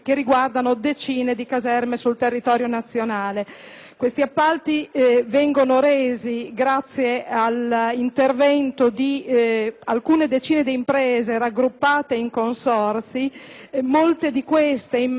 Tali appalti vengono resi grazie all'intervento di alcune decine di imprese raggruppate in consorzi, molte delle quali, in assenza del ripristino dei fondi, si troveranno